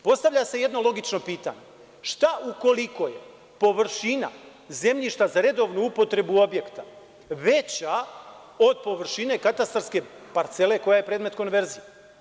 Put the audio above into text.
Postavlja se jedno logično pitanje - šta ukoliko je površina zemljišta za redovnu upotrebu objekta veća od površine katastarske parcele koja je predmet konverzije?